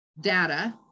data